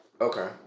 Okay